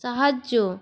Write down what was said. সাহায্য